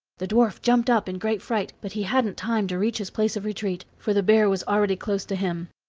the dwarf jumped up in great fright, but he hadn't time to reach his place of retreat, for the bear was already close to him.